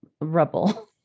rubble